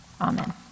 Amen